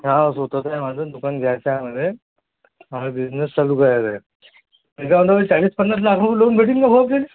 हो स्वतःचा आहे माझं दुकान व्यवसायामध्ये मला बिझनेस चालू करायचं मी काय म्हणतो चाळीस पन्नास लाख रुपये लोन भेटेल का भाऊ आपल्याला